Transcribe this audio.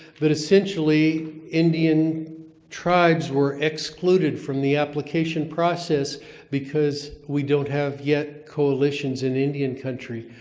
but essentially, indian tribes were excluded from the application process because we don't have yet coalitions in indian country.